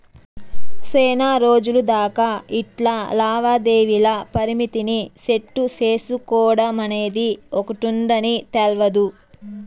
సేనారోజులు దాకా ఇట్లా లావాదేవీల పరిమితిని సెట్టు సేసుకోడమనేది ఒకటుందని తెల్వదు